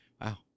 wow